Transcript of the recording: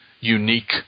unique